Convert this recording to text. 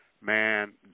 man